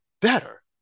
better